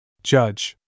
Judge